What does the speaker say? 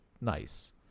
nice